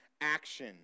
action